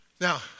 Now